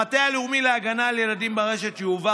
המטה הלאומי להגנה על ילדים ברשת יועבר